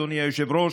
אדוני היושב-ראש,